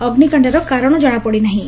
ଅଗ୍ନିକାଣ୍ଡର କାରଣ ଜଣାପଡ଼ିନାହିଁ